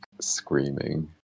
screaming